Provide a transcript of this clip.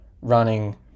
running